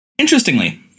Interestingly